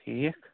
ٹھیٖک